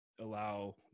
allow